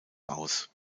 aus